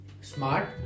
smart